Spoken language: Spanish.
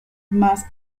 más